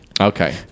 Okay